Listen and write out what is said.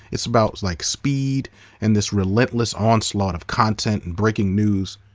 it's about like speed and this relentless onslaught of content and breaking news.